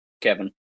kevin